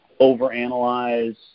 overanalyze